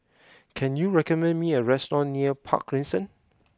can you recommend me a restaurant near Park Crescent